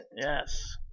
Yes